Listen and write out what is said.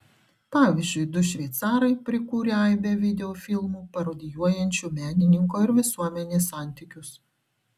pavyzdžiui du šveicarai prikūrę aibę videofilmų parodijuojančių menininko ir visuomenės santykius